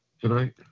Tonight